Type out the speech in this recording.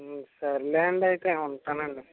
సర్లేండి అయితే ఉంటానండి